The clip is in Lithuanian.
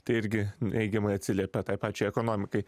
tai irgi neigiamai atsiliepia tai pačiai ekonomikai